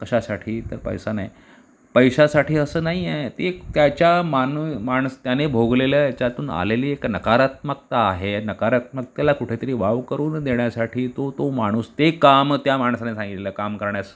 कशासाठी तर पैसा नाही पैशासाठी असं नाही आहे ते एक त्याच्या मान माणसं त्याने भोगलेल्या ह्याच्यातून आलेली एक नकारात्मकता आहे नकारात्मकतेला कुठेतरी वाव करून देण्यासाठी तो तो माणूस ते काम त्या माणसाने सांगितलेलं काम करण्यास